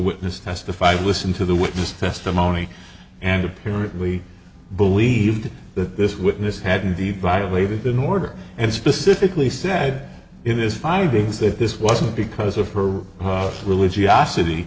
witness testified listened to the witness testimony and apparently believed that this witness had indeed violated an order and specifically said in this findings that this wasn't because of her religiosity